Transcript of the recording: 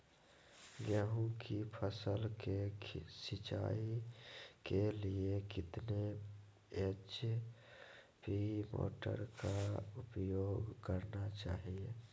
गेंहू की फसल के सिंचाई के लिए कितने एच.पी मोटर का उपयोग करना चाहिए?